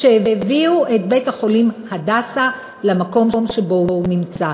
שהביאו את בית-החולים "הדסה" למקום שבו הוא נמצא.